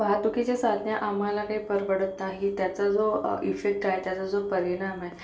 वाहतुकीची साधने आम्हाला काही परवडत नाही त्याचा जो इफेक्ट आहे त्याचा जो परिणाम आहे